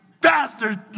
bastard